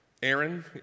Aaron